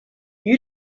you